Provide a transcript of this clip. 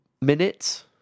minutes